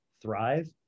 thrive